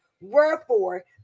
Wherefore